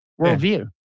worldview